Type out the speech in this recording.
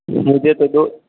मुझे तो दो